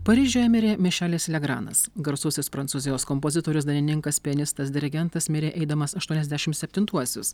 paryžiuje mirė mišelis legranas garsusis prancūzijos kompozitorius dainininkas pianistas dirigentas mirė eidamas aštuoniasdešim septintuosius